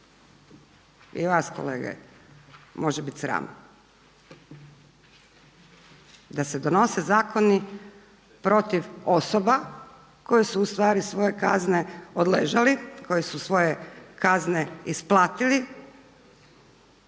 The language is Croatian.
i vas kolege može biti sram da se donose zakoni protiv osoba koje su ustvari svoje kazne odležali, koji su svoje kazne isplatili